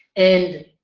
and